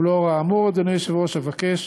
ולאור האמור, אדוני היושב-ראש, אבקש,